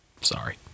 Sorry